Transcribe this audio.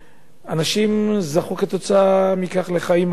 אנשים זכו כתוצאה מכך לחיים ארוכים.